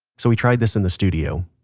so we tried this in the studio